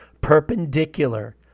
perpendicular